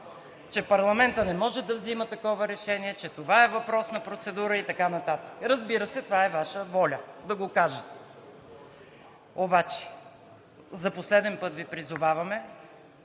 че парламентът не може да взима такова решение, че това е въпрос на процедура и така нататък. Разбира се, това е Ваша воля. Може да го кажете, но за последен път Ви призоваваме